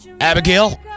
Abigail